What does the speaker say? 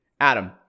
Adam